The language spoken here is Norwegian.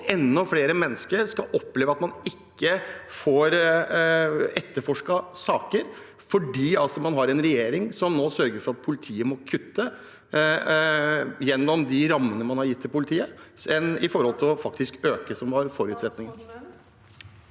at enda flere mennesker opplever å ikke få etterforsket saker, fordi man har en regjering som nå sørger for at politiet må kutte i de rammene man har gitt til politiet, heller enn faktisk å øke, som var forutsetningen?